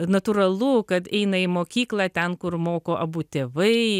natūralu kad eina į mokyklą ten kur moko abu tėvai